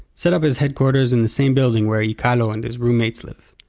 set up his headquarters in the same building where yikealo and his roommates live.